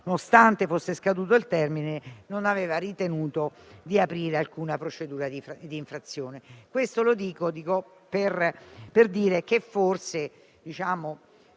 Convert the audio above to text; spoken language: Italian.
nonostante fosse scaduto il termine, non aveva ritenuto di aprire alcuna procedura di infrazione. Dico questo per evidenziare che forse avremmo